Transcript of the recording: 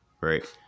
Right